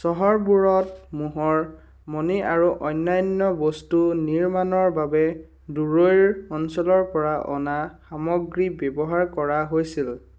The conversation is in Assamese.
চহৰবোৰত মোহৰ মণি আৰু অন্যান্য বস্তু নিৰ্মাণৰ বাবে দূৰৈৰ অঞ্চলৰ পৰা অনা সামগ্ৰী ব্যৱহাৰ কৰা হৈছিল